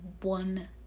one